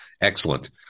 Excellent